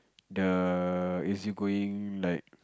the easy-going like